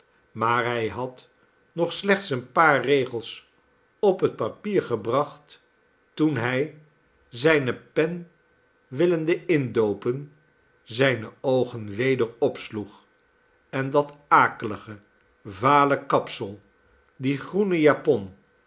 maar hij had nog slechts een paar regels op het papier gebracht toen hij zijne pen willende indoopen zijne oogen weder opsloeg en dat akelige vale kapsel dien groenen japon